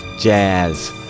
jazz